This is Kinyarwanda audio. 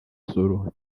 solo